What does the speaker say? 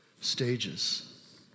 stages